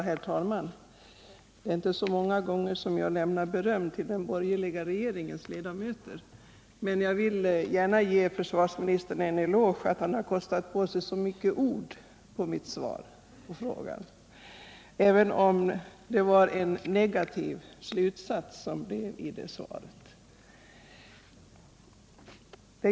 Herr talman! Det är inte så ofta jag ger beröm till den borgerliga regeringens ledamöter, men jag vill gärna ge försvarsministern en eloge för att han kostat på sig så många ord för att besvara min fråga, även om det var en negativ slutsats han drog i svaret.